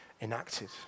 enacted